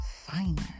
Finer